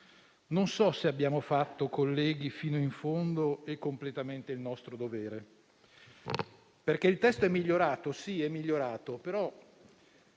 non so se abbiamo fatto, colleghi, fino in fondo e completamente il nostro dovere, perché il testo è migliorato, ma credo